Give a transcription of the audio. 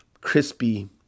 crispy